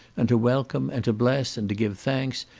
and to welcome, and to bless, and to give thanks,